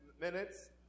minutes